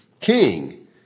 king